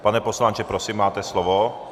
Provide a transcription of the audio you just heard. Pane poslanče, prosím, máte slovo.